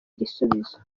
igisubizo